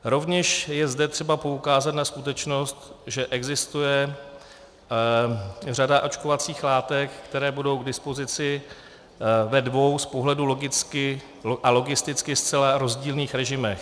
Rovněž je zde třeba poukázat na skutečnost, že existuje řada očkovacích látek, které budou k dispozici ve dvou z pohledu logicky a logisticky zcela rozdílných režimech.